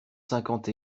cinquante